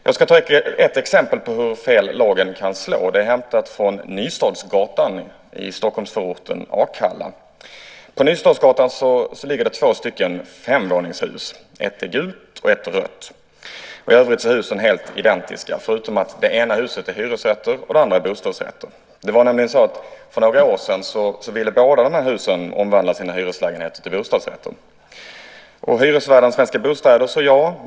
Jag ska ta ett exempel på hur fel lagen kan slå. Det är hämtat från Nystadsgatan i Stockholmsförorten Akalla. På Nystadsgatan ligger två stycken femvåningshus. Ett är gult och ett är rött. I övrigt är husen helt identiska, förutom att det i ena huset är hyresrätter och i det andra bostadsrätter. Det var nämligen så att för några år sedan ville man i båda de här husen omvandla sina hyreslägenheter till bostadsrätter. Hyresvärden Svenska Bostäder sade ja.